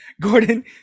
Gordon